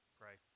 pray